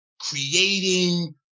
creating